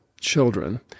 children